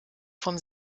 vom